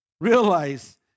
realize